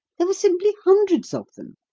there were simply hundreds of them.